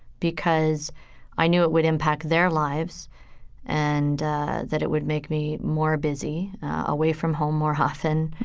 because i knew it would impact their lives and that it would make me more busy, away from home more often.